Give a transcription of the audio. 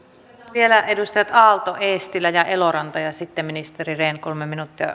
vielä edustajat aalto eestilä ja eloranta ja sitten ministeri rehn kolme minuuttia